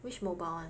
which mobile [one]